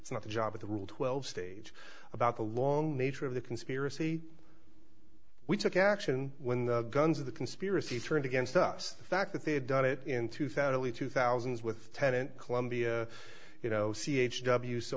it's not the job of the rule twelve stage about the long nature of the conspiracy we took action when the guns of the conspiracy through and against us the fact that they had done it in two thousand and two thousands with tennant columbia you know c h w so